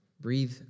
Breathe